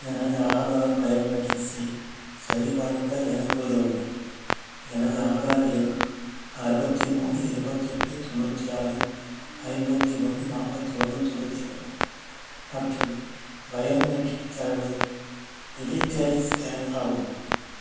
எனது ஆதார் பயோமெட்ரிக்ஸை சரிபார்க்க எனக்கு உதவுங்கள் எனது ஆதார் எண் அறுபத்தி மூணு இருபத்தெட்டு தொண்ணூற்றி ஆறு ஐம்பத்தி ஒன்று நாற்பத்தி ஒன்று தொண்ணூற்றி ஒன்று மற்றும் பயோமெட்ரிக் தரவு விழித்திரை ஸ்கேன் ஆகும்